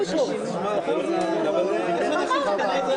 הישיבה מתחדשת.